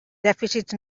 dèficits